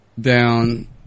down